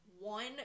One